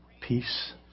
peace